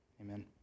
Amen